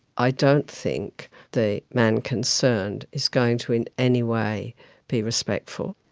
i don't think the man concerned is going to in any way be respectful.